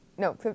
No